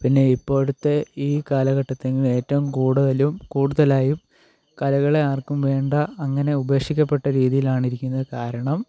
പിന്നെ ഇപ്പോഴത്തെ ഈ കാലഘട്ടത്തിൻ്റെ ഏറ്റവും കൂടുതലും കൂടുതലായും കലകളെ ആർക്കും വേണ്ട അങ്ങനെ ഉപേക്ഷിക്കപ്പെട്ട രീതിയിലാണ് ഇരിക്കുന്നത് കാരണം